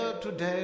today